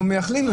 קודם כל,